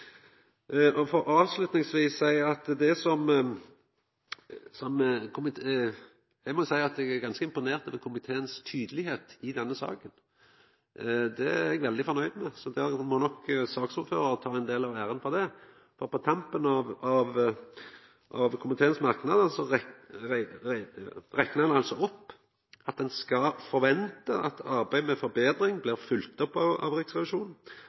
tar opp. Avslutningsvis vil eg seia at eg er ganske imponert over kor tydeleg komiteen er i denne saka. Det er eg veldig fornøgd med. Det må nok saksordføraren ta noko av æra for. På tampen av komiteens merknadar reknar ein opp at ein skal kunna forventa at arbeidet med betring blir følgt opp av Riksrevisjonen,